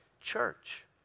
church